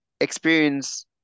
experience